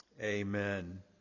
Amen